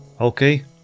Okay